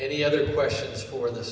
any other questions for the